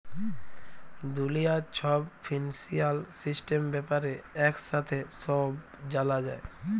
দুলিয়ার ছব financial system ব্যাপারে একসাথে ছব জালা যায়